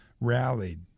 rallied